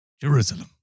Jerusalem